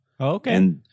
okay